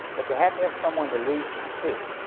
but you have to have someone to lose them to.